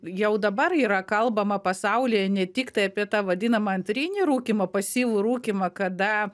jau dabar yra kalbama pasaulyje ne tiktai apie tą vadinamą antrinį rūkymą pasyvų rūkymą kada